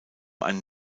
einen